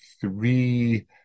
three